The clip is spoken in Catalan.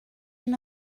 una